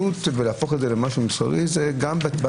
ולהפוך את זה למשהו מסחרי זה בעיקר